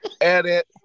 Edit